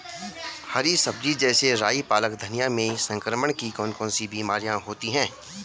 हरी सब्जी जैसे राई पालक धनिया में संक्रमण की कौन कौन सी बीमारियां होती हैं?